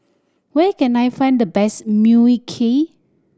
where can I find the best Mui Kee